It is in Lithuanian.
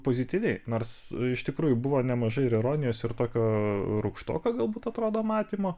pozityviai nors iš tikrųjų buvo nemažai ir ironijos ir tokio rūgštoko galbūt atrodo matymo